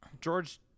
George